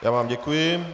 Já vám děkuji.